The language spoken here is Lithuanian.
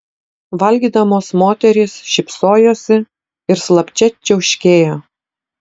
valgydamos moterys šypsojosi ir slapčia čiauškėjo